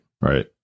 Right